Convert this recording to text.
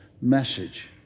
message